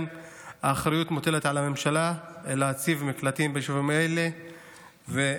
האחריות להציב מקלטים ביישובים האלה מוטלת על הממשלה.